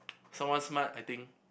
someone smart I think